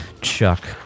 Chuck